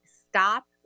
stop